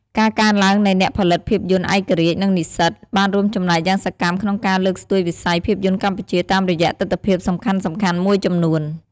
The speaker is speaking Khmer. ការកើនឡើងនៃអ្នកផលិតភាពយន្តឯករាជ្យ និងនិស្សិត បានរួមចំណែកយ៉ាងសកម្មក្នុងការលើកស្ទួយវិស័យភាពយន្តកម្ពុជាតាមរយៈទិដ្ឋភាពសំខាន់ៗមួយចំនួន។